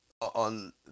on